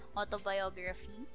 autobiography